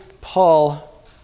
Paul